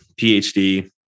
PhD